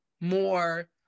more